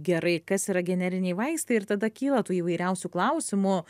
gerai kas yra generiniai vaistai ir tada kyla įvairiausių klausimų